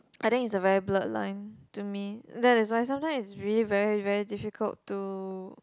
I think it's a very blurred line to me that is why sometimes it's really very very difficult to